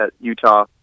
Utah